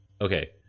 Okay